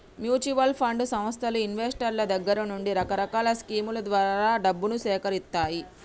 mutual fund సంస్థలు ఇన్వెస్టర్ల దగ్గర నుండి రకరకాల స్కీముల ద్వారా డబ్బును సేకరిత్తాయి